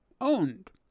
owned